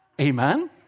Amen